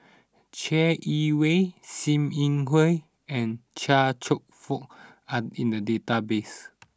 Chai Yee Wei Sim Yi Hui and Chia Cheong Fook are in the database